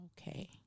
Okay